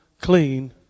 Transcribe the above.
clean